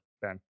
Ben